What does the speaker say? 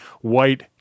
white